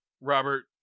Robert